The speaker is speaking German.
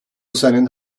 seinen